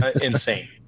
insane